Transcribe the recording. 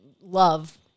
love